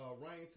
Ryan